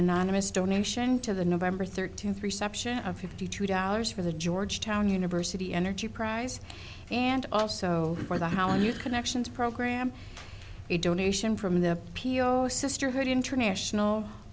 anonymous donation to the nov thirteenth reception of fifty two dollars for the georgetown university energy prize and also for the how you connections program a donation from the p r i sisterhood international